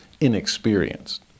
inexperienced